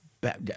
Back